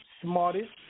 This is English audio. smartest